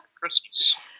Christmas